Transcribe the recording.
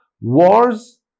wars